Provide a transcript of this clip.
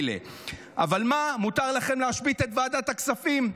מילא, אבל מה, מותר לכם להשבית את ועדת הכספים,